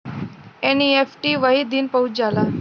NEFT वही दिन पहुंच जाला